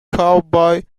cowboy